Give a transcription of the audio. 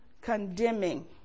condemning